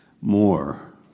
more